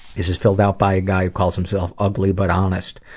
this is filled out by a guy who calls himself ugly but honest,